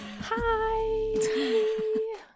Hi